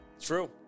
True